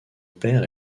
père